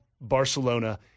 Barcelona